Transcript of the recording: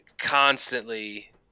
constantly